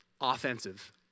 Offensive